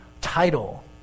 title